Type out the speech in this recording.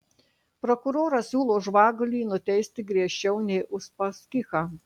prokuroras siūlo žvagulį nuteisti griežčiau nei uspaskichą